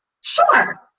sure